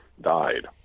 died